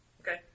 Okay